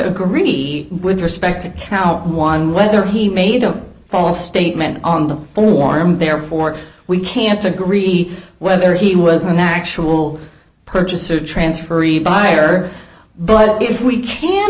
agree with respect to count one whether he made a false statement on the warmth therefore we can't agree whether he was an actual purchase or transfer buyer but if we can